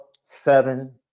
seven